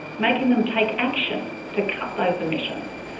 making them take action to cut those emissions.